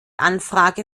anfrage